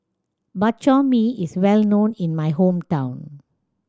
Bak Chor Mee is well known in my hometown